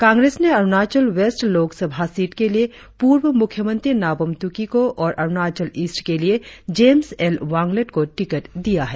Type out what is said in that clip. कांग्रेस ने Arunachal west Lok Sabha seat के लिए पूर्व मुख्यमंत्री नाबम तुकी को और अरुणाचल ईस्ट के लिए जेम्स एल वांग्लेट को टिकट दिया है